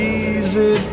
easy